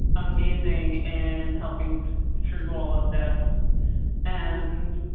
amazing in helping through all of this and.